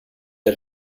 der